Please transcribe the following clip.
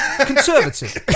Conservative